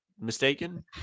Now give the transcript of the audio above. mistaken